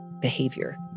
behavior